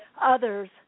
others